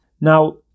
now